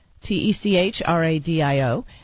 T-E-C-H-R-A-D-I-O